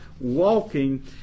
walking